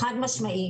חד משמעית.